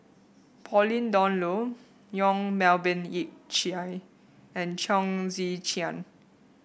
Pauline Dawn Loh Yong Melvin Yik Chye and Chong Tze Chien